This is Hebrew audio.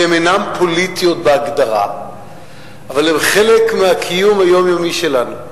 כי הן אינן פוליטיות בהגדרה אבל הן חלק מהקיום היומיומי שלנו.